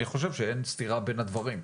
אני חושב שאין סתירה בין הדברים,